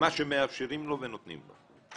במה שמאפשרים לו ונותנים לו,